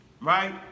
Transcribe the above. right